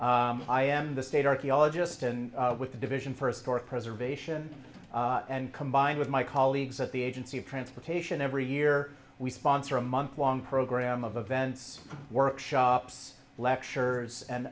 i am the state archaeologist and with the division first court preservation and combined with my colleagues at the agency of transportation every year we sponsor a month long program of events workshops lectures and